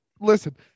listen